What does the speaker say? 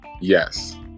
Yes